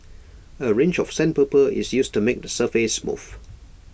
A range of sandpaper is used to make the surface smooth